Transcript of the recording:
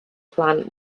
plant